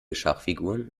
schachfiguren